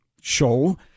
Show